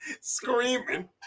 screaming